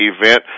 event